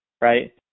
right